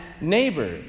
neighbor